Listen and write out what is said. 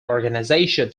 organization